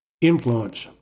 influence